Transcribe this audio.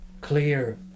Clear